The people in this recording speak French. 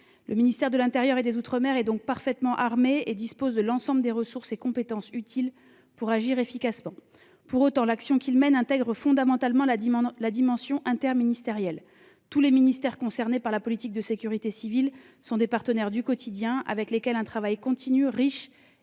le ministère de l'intérieur et des outre-mer est parfaitement armé et dispose de l'ensemble des ressources et compétences utiles pour agir efficacement. Pour autant, l'action qu'il mène intègre fondamentalement la dimension interministérielle. Tous les ministères concernés par la politique de sécurité civile sont des partenaires du quotidien, avec lesquels un travail continu, riche